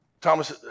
Thomas